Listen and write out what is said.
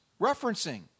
referencing